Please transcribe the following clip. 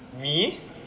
me